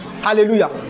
Hallelujah